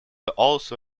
also